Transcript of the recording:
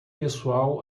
pessoal